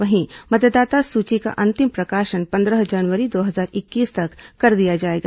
वहीं मतदाता सूची का अंतिम प्रकाशन पंद्रह जनवरी दो हजार इक्कीस तक कर दिया जाएगा